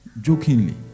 jokingly